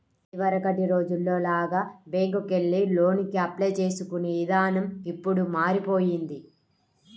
ఇదివరకటి రోజుల్లో లాగా బ్యేంకుకెళ్లి లోనుకి అప్లై చేసుకునే ఇదానం ఇప్పుడు మారిపొయ్యింది